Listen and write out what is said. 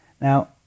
Now